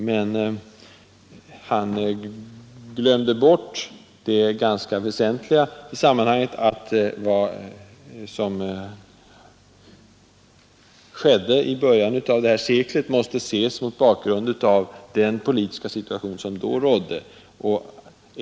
Men han glömde bort det ganska väsentliga i sammanhanget, att vad som skedde i början på det här seklet måste ses mot bakgrund av den politiska situation som då rådde.